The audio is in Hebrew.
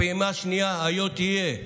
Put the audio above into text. הפעימה השנייה היה תהיה.